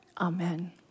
Amen